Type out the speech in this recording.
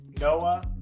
Noah